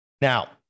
Now